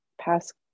past